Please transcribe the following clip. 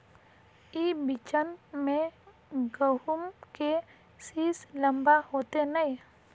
ई बिचन में गहुम के सीस लम्बा होते नय?